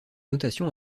notation